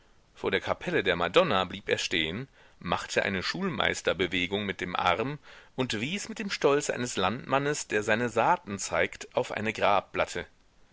vor der kapelle der madonna blieb er stehen machte eine schulmeisterbewegung mit dem arm und wies mit dem stolze eines landmannes der seine saaten zeigt auf eine grabplatte